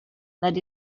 that